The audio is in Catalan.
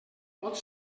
pot